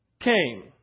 came